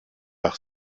par